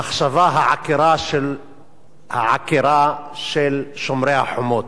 המחשבה העקרה של שומרי החומות.